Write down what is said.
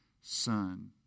son